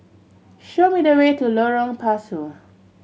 show me the way to Lorong Pasu